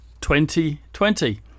2020